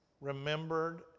remembered